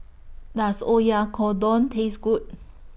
Does Oyakodon Taste Good